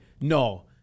no